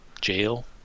jail